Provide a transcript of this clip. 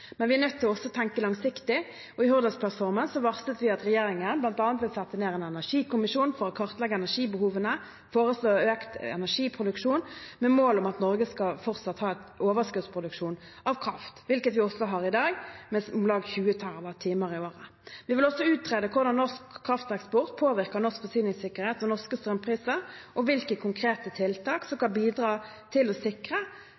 Men vi er nødt til også å tenke langsiktig. I Hurdalsplattformen varslet vi at regjeringen bl.a. vil sette ned en energikommisjon for å kartlegge energibehovene og foreslå økt energiproduksjon, med mål om at Norge fortsatt skal ha overskuddsproduksjon av kraft, hvilket vi også har i dag, med om lag 20 TWh i året. Vi vil også utrede hvordan norsk krafteksport påvirker norsk forsyningssikkerhet og norske strømpriser, og hvilke konkrete tiltak som